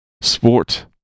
sport